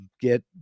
get